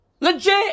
Legit